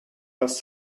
was